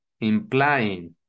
implying